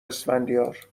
اسفندیار